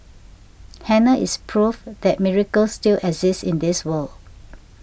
Hannah is proof that miracles still exist in this world